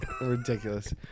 Ridiculous